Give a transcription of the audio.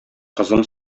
кызым